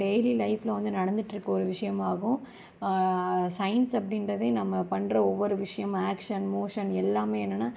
daily லைஃப்ல வந்து நடந்துகிட்ருக்க ஒரு விஷியமாகும் சயின்ஸ் அப்படின்றதே நம்ம பண்ணுற ஒவ்வொரு விஷியம் ஆக்ஷன் மோஷன் எல்லாமே என்னென்னா